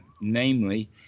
namely